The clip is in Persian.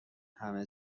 همه